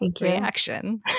reaction